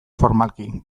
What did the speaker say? formalki